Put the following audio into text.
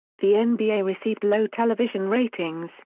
the and nba received low television ratings,